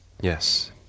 yes